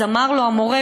אז אמר לו המורה,